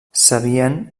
sabien